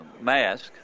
mask